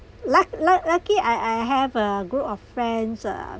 luc~ luc~ lucky I I have a group of friends uh